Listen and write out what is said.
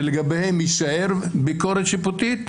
שלגביהם תישאר ביקורת שיפוטית,